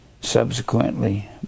subsequently